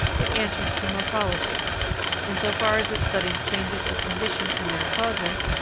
it answers to morphology in so far as it studies changes of condition and their causes,